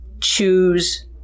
choose